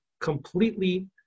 completely